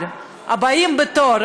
אבל הבאים בתור,